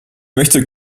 möchte